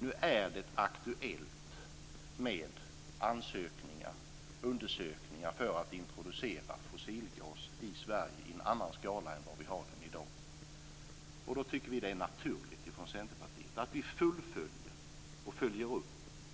Nu är det aktuellt med ansökningar och undersökningar när det gäller att introducera fossilgas i Sverige i en annan skala än vi har i dag. Då tycker vi från Centerpartiet att det är naturligt att vi fullföljer